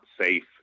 safe